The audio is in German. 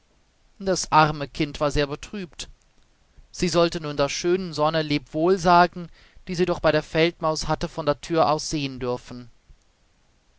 das arme kind war sehr betrübt sie sollte nun der schönen sonne lebewohl sagen die sie doch bei der feldmaus hatte von der thür aus sehen dürfen